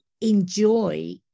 enjoy